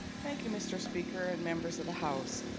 thank you mr. speaker and members of the house,